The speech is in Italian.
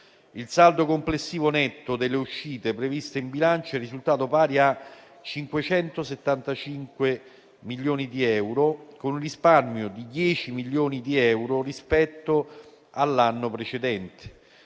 Il saldo complessivo netto delle uscite previste in bilancio è risultato pari a 575 milioni di euro, con un risparmio di 10 milioni di euro rispetto all'anno precedente.